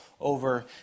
over